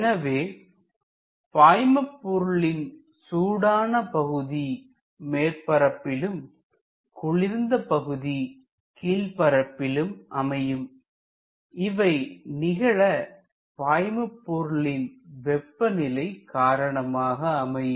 எனவே பாய்மபொருளின் சூடான பகுதி மேற்பரப்பிலும் குளிர்ந்த பகுதி கீழ் பரப்பிலும் அமையும் இவை நிகழக் பாய்மபொருளின் வெப்ப நிலை காரணமாக அமையும்